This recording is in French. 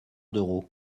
d’euros